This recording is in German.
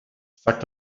sagt